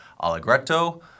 Allegretto